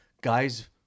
guys